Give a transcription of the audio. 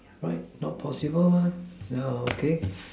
right not possible mah yeah okay